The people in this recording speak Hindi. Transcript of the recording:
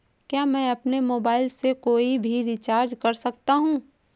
क्या मैं अपने मोबाइल से कोई भी रिचार्ज कर सकता हूँ?